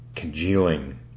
congealing